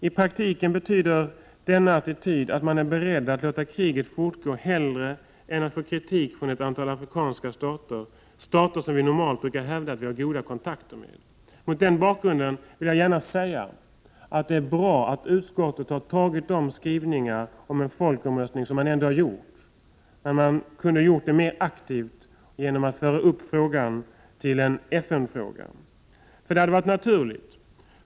I praktiken betyder denna attityd att man är beredd att låta kriget fortgå hellre än att få kritik från ett antal afrikanska stater, stater som vi normalt brukar hävda att vi har goda kontakter med. Mot den bakgrunden vill jag gärna säga att utskottets skrivningar om en folkomröstning är bra, men man kunde ha gjort det mera aktivt genom att föra upp frågan till FN. Det hade varit naturligt.